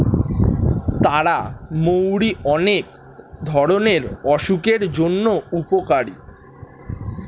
তারা মৌরি অনেক ধরণের অসুখের জন্য উপকারী